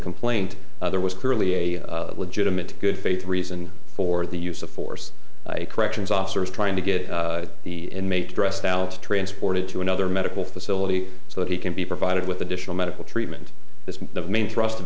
complaint there was clearly a legitimate good faith reason for the use of force corrections officers trying to get the inmate dressed out transported to another medical facility so that he can be provided with additional medical treatment this is the main thrust of